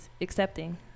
accepting